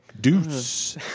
Deuce